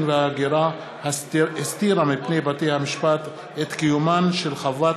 וההגירה הסתירה מפני בתי-המשפט את קיומן של חוות